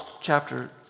chapter